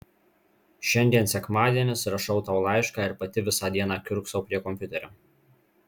šiandien sekmadienis rašau tau laišką ir pati visą dieną kiurksau prie kompiuterio